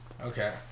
Okay